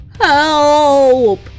Help